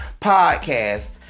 podcast